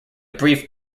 brief